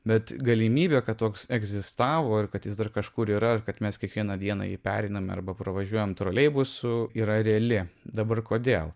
bet galimybė kad toks egzistavo ir kad jis dar kažkur yra ir kad mes kiekvieną dieną jį pereiname arba pravažiuojam troleibusų yra reali dabar kodėl